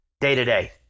day-to-day